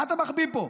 מה אתה מחביא פה?